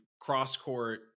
cross-court